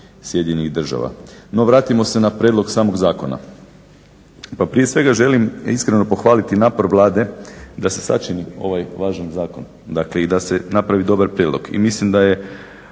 nego i SAD-a. No, vratimo se na prijedlog samog zakona. Pa prije svega želim iskreno pohvaliti napor Vlade, da se sačini ovaj važan zakon, dakle i da se napravi dobar prijedlog